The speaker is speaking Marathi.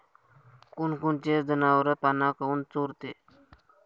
कोनकोनचे जनावरं पाना काऊन चोरते?